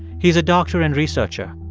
he's a doctor and researcher.